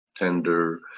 tender